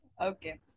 Okay